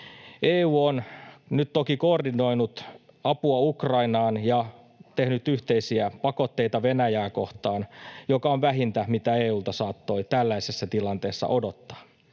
EU on nyt toki koordinoinut apua Ukrainaan ja tehnyt yhteisiä pakotteita Venäjää kohtaan, mikä on vähintä, mitä EU:lta saattoi tällaisessa tilanteessa odottaa.